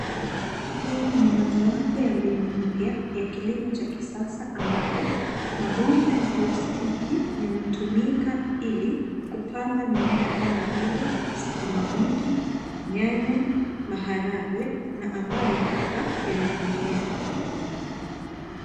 Hii ni mojawapo ya mbinu mpya ya kilimo cha kisasa ambapo mabomba ya plastiki yanatumika ili kupanda mimea kama vile sukuma wiki, nyanya, maharagwe na ambayo hapa yanaendelea kukua.